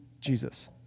Jesus